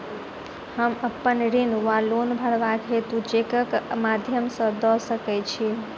हम अप्पन ऋण वा लोन भरबाक हेतु चेकक माध्यम सँ दऽ सकै छी?